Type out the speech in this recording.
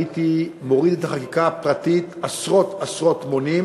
הייתי מוריד את החקיקה הפרטית עשרות-עשרות מונים,